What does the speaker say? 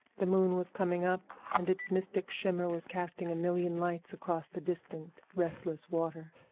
the moon was coming up, and its mystic shimmer was casting a million lights across the distant, restless water.